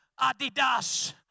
Adidas